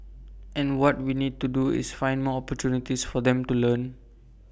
and what we need to do is find more opportunities for them to learn